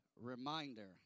reminder